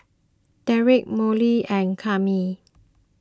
Derrek Molly and Kami